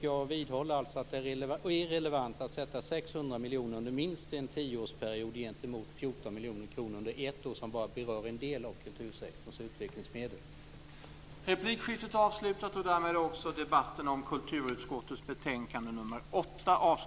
Jag vidhåller att det är irrelevant att sätta 600 miljoner under minst en tioårsperiod gentemot 14 miljoner kronor som bara berör en del av kulturssektorns utvecklingsmedel under ett års tid.